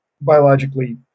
biologically